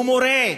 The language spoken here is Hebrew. הוא מורה,